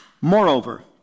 Moreover